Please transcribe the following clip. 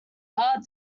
hard